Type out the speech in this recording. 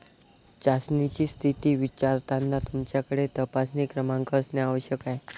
चाचणीची स्थिती विचारताना तुमच्याकडे तपासणी क्रमांक असणे आवश्यक आहे